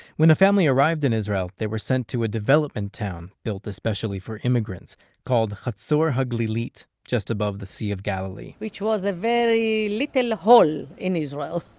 when the family arrived in israel, they were sent to a development town built especially for immigrants called hatzor ha'glilit, just above the sea of galilee which was a very little hole in israel.